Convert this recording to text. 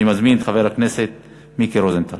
אני מזמין את חבר הכנסת מיקי רוזנטל.